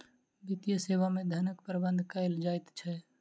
वित्तीय सेवा मे धनक प्रबंध कयल जाइत छै